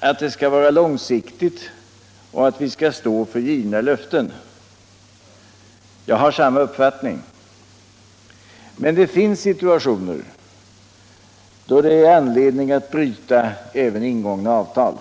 att det skall vara långsiktigt och att vi skall stå för givna löften. Jag har samma uppfattning. Men det . finns situationer då det är anledning att bryta även ingångna avtal.